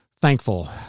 thankful